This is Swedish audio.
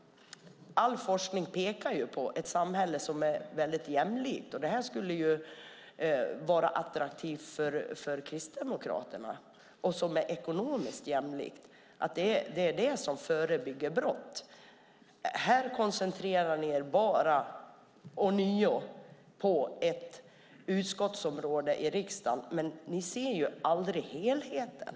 All forskning pekar på att ett samhälle som är jämlikt - och det borde ju vara attraktivt för Kristdemokraterna - och som är ekonomiskt jämlikt är det som förebygger brott. Här koncentrerar ni er bara, ånyo, på ett utskottsområde i riksdagen, men ni ser aldrig helheten.